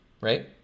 right